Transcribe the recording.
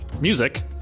music